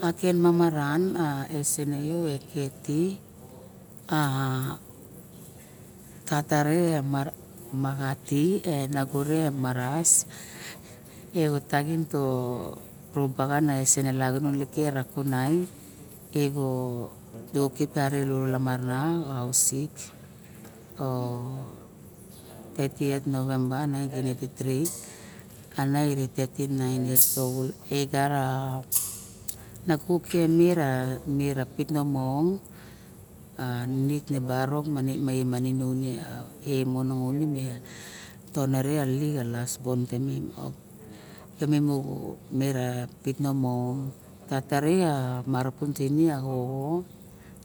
Ka ken mamaran a esona yo e kety a tata re a barok maxa e a nago re a maras yo taxin torobaxan e suon e lagunon lire ra kunae e xo yo kip uro lamarana xa hausik ko thirtieth novemba nineteen eighty-three ana iri thirty-nine years old e gara nago kem mera pit monong, a nik ne barok na mani mana une me nongon tono rixa lasbob temem mo temem moxo pit nomong tata re a marapunteine a xoxo,